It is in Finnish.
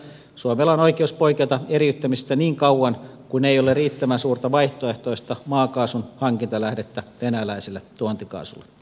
suomella on oikeus poiketa eriyttämisestä niin kauan kuin ei ole riittävän suurta vaihtoehtoista maakaasun hankintalähdettä venäläiselle tuontikaasulle